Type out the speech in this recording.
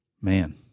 man